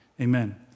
Amen